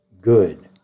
good